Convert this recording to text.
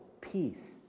peace